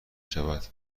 شود